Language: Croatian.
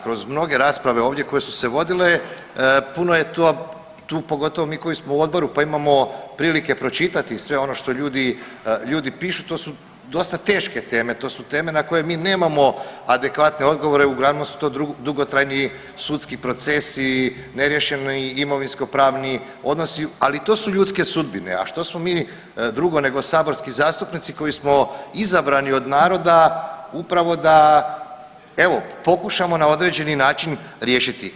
Kroz mnoge rasprave ovdje koje su se vodile, puno je tu, tu pogotovo mi koji smo u odboru, pa imamo prilike pročitati sve ono što ljudi, ljudi pišu, to su dosta teške teme, to su teme na koje mi nemamo adekvatne odgovore, uglavnom su to dugotrajni sudski procesi, neriješeni imovinsko pravni odnosi, ali to su ljudske sudbine, a što smo mi drugo nego saborski zastupnici koji smo izabrani od naroda upravo da evo pokušamo na određeni način riješiti.